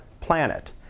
planet